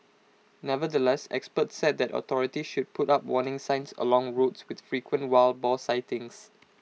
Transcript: nevertheless experts said that authorities should put up warning signs along roads with frequent wild boar sightings